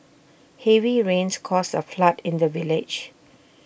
heavy rains caused A flood in the village